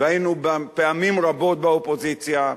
וגם היינו פעמים רבות באופוזיציה.